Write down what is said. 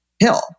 pill